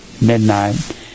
midnight